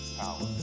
power